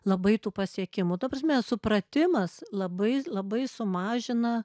labai tų pasiekimų ta prasme supratimas labai labai sumažina